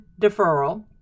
deferral